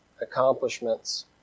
accomplishments